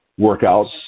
workouts